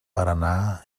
paranà